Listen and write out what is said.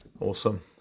awesome